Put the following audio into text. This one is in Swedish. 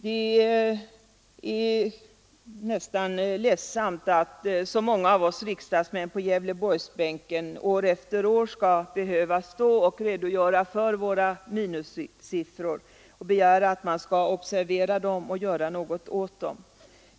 Det är litet ledsamt att så många av oss riksdagsmän på Gävleborgsbänken år efter år skall behöva redogöra för länets minussiffror för befolkningstalet och begära att man skall observera dem och göra något åt dem.